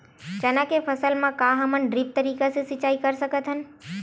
चना के फसल म का हमन ड्रिप तरीका ले सिचाई कर सकत हन?